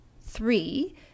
three